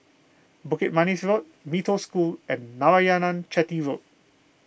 Bukit Manis Road Mee Toh School and Narayanan Chetty Road